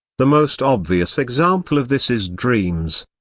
the most obvious example of this is dreams.